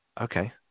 Okay